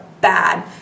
bad